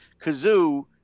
kazoo